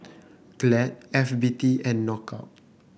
Glad F B T and Knockout